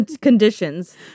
conditions